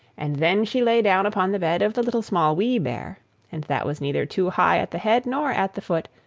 and then she lay down upon the bed of the little, small, wee bear and that was neither too high at the head nor at the foot,